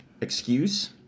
excuse